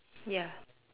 ya